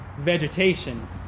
vegetation